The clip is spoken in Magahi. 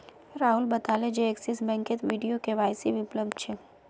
राहुल बताले जे एक्सिस बैंकत वीडियो के.वाई.सी उपलब्ध छेक